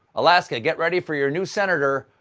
alaska, get ready for your new senator,